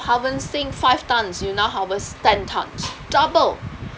harvesting five tons you now harvest ten tons double